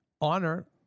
honor